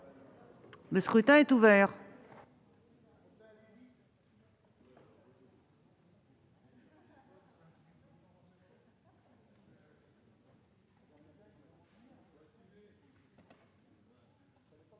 Le scrutin est ouvert.